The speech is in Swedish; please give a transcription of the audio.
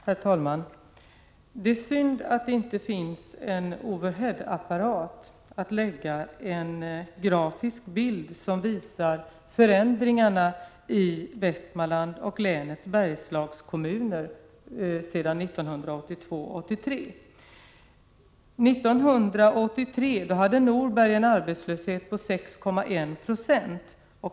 Herr talman! Det är synd att det inte finns en overhead-apparat, så att man kunde visa en grafisk bild över förändringarna av arbetslösheten i Västmanlands län och länets Bergslagskommuner sedan 1982/83. 1983 hade Norberg en arbetslöshet på 6,1 20.